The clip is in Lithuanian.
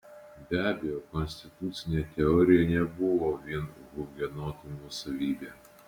be abejo konstitucinė teorija nebuvo vien hugenotų nuosavybė